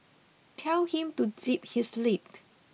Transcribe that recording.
tell him to zip his lip